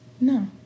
No